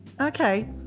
Okay